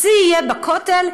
והשיא יהיה בכותל,